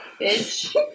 Bitch